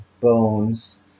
bones